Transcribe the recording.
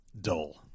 dull